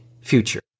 future